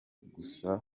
gusa